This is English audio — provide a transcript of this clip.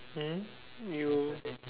mmhmm you